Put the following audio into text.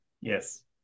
Yes